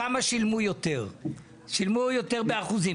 כמה שילמו יותר, באחוזים?